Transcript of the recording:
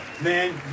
Man